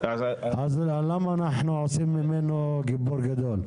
למה אנחנו עושים ממנו גיבור גדול?